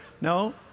No